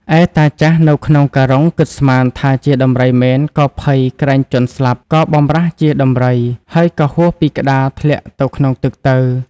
ឯតាចាស់នៅក្នុងការុងគិតស្មានថាជាដំរីមែនក៏ភ័យក្រែងជាន់ស្លាប់ក៏បម្រាសជៀសដំរី ហើយក៏ហួសពីក្តារធ្លាក់ទៅក្នុងទឹកទៅ។